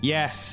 Yes